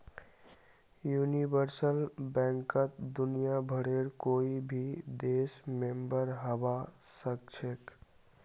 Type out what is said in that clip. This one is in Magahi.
यूनिवर्सल बैंकत दुनियाभरेर कोई भी देश मेंबर हबा सखछेख